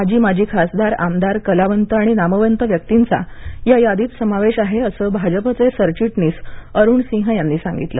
आजी माजी खासदार आमदार बुद्धीजीवी कलावंत आणि नामवंत व्यक्तींचा या यादीत समावेश आहे असं भाजपचे सरचिटणीस अरुण सिंह यांनी सांगितलं